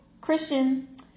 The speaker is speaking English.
Christian